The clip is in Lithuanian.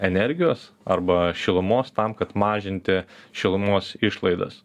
energijos arba šilumos tam kad mažinti šilumos išlaidas